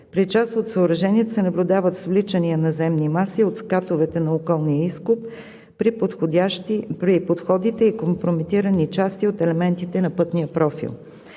При част от съоръженията се наблюдава свличания на земни маси от скатовете на околния изкоп при подходите и компрометираните части от елементите на пътния профил.